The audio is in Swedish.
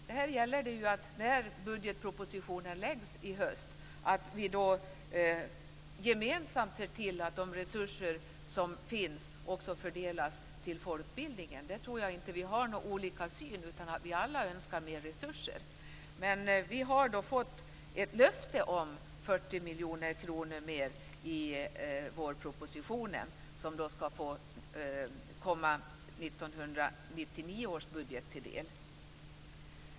Det gäller att vi när budgetpropositionen läggs fram i höst gemensamt ser till att de resurser som finns också fördelas till folkbildningen. Jag tror inte att vi har olika syn där, utan vi önskar alla mer resurser. Men vi har i vårpropositionen fått ett löfte om 40 miljoner kronor, som kommer under 1999 års budget.